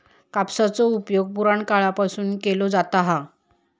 कापसाचो उपयोग पुराणकाळापासून केलो जाता हा